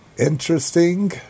interesting